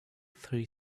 three